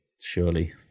Surely